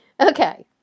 Okay